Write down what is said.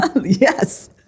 Yes